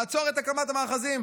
לעצור את הקמת המאחזים,